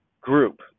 group